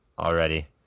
already